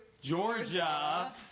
Georgia